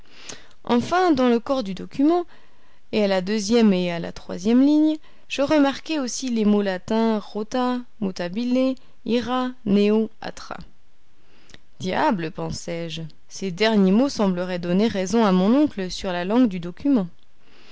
enfin dans le corps du document et à la deuxième et à la troisième ligne je remarquai aussi les mots latins rota mutabile ira neo atra diable pensai-je ces derniers mots sembleraient donner raison à mon oncle sur la langue du document